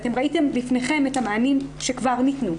ואתם ראיתם לפניכם את המענים שכבר ניתנו.